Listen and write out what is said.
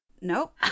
Nope